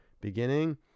beginning